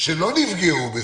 שלא נפגעו,